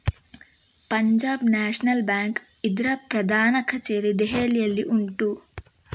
Punjab national bank ಇದ್ರ ಪ್ರಧಾನ ಕಛೇರಿ ದೆಹಲಿಯಲ್ಲಿ ಉಂಟು